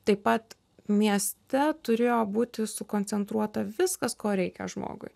taip pat mieste turėjo būti sukoncentruota viskas ko reikia žmogui